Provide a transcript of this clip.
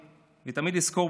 ואני תמיד אזכור,